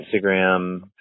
instagram